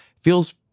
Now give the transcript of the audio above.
feels